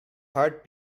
heart